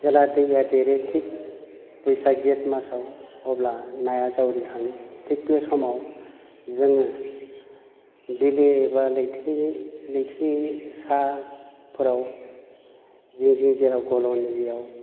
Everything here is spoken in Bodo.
जेला दैया देरो थिग बैसाग जेठ मासाव अब्ला नाया जावरिखाङो थिग बे समाव जोङो बिलो बा लैथोनि लैथो साफोराव जेजों जेराव गल'नि बेयाव